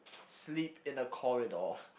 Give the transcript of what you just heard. sleep in the corridor